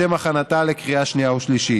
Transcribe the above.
לשם הכנתה לקריאה שנייה ושלישית.